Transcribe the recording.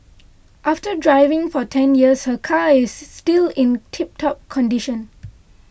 after driving for ten years her car is still in tip top condition